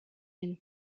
une